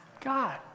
God